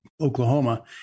Oklahoma